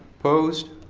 opposed?